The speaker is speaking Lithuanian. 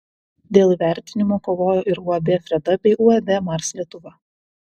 dėl įvertinimo kovojo ir uab freda bei uab mars lietuva